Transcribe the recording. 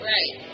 Right